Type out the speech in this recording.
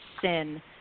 sin